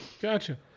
Gotcha